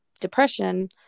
depression